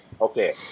okay